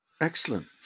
Excellent